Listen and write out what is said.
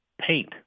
paint